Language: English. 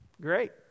great